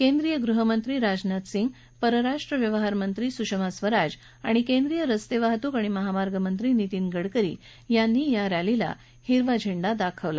केंद्रीय गृहमंत्री राजनाथ सिंह परराष्ट्र व्यवहारमंत्री सुषमा स्वराज आणि केंद्रीय रस्ते वाहतूक आणि महामार्गमंत्री नितीन गडकरी या रॅलीला हिरवा झेंडा दाखवला